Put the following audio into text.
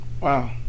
wow